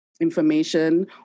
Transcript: information